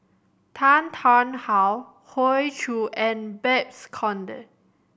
Tan Tarn How Hoey Choo and Babes Conde